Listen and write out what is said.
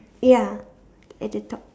ya at the top